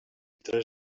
tres